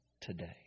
today